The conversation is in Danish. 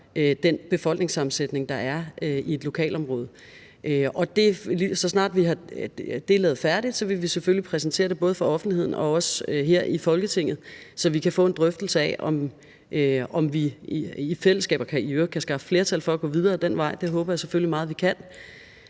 den befolkningssammensætning, der er i et lokalområde. Så snart det er lavet færdigt, vil vi selvfølgelig præsentere det for både offentligheden og også her i Folketinget, så vi kan få en drøftelse af, om vi i fællesskab – hvis vi i øvrigt kan skaffe flertal for det – kan gå videre ad den vej; det håber jeg selvfølgelig meget vi kan.